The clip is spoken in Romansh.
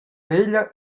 veglia